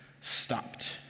stopped